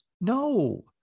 No